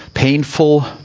painful